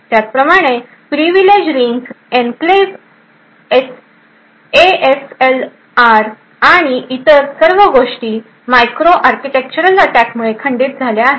त्याप्रमाणे privilege rings enclaves ASLR आणि इतर सर्व गोष्टी मायक्रोआर्किटेक्चरल अटॅक मुळे खंडित झाल्या आहेत